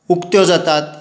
उक्त्यो जातात